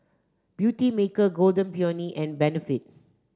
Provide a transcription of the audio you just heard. Beautymaker Golden Peony and Benefit